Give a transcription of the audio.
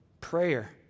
prayer